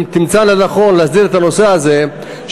אם תמצא לנכון להסדיר את הנושא הזה,